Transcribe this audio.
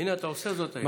הינה, אתה עושה זאת היום.